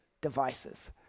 devices